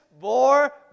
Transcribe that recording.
more